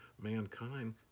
mankind